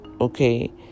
Okay